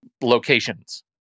locations